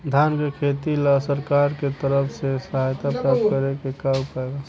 धान के खेती ला सरकार के तरफ से सहायता प्राप्त करें के का उपाय बा?